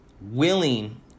willing